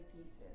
thesis